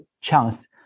chance